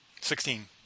Sixteen